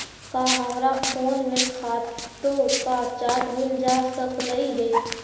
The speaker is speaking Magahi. का हमरा फोन में खातों का चार्ट मिल जा सकलई हे